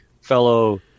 fellow